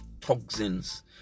toxins